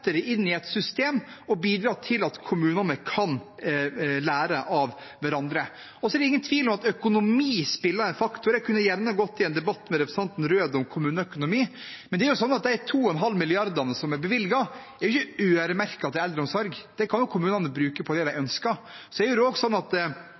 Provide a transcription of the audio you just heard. inn i et system og bidrar til at kommunene kan lære av hverandre. Så er det ingen tvil om at økonomi er en faktor som spiller inn, og jeg kunne gjerne gått i en debatt med representanten Røed om kommuneøkonomi. Men de 2,5 mrd. kr som er bevilget, er ikke øremerket til eldreomsorg. Dette kan jo kommunene bruke på det de